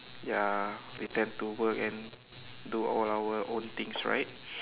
ya return to work and do all our own things right